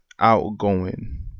outgoing